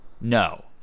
No